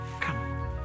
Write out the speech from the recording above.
Come